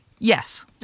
Yes